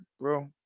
bro